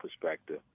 perspective